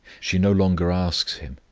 she no longer asks him,